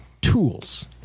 tools